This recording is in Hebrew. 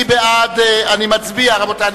נצביע, רבותי.